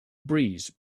breeze